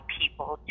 people